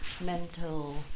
mental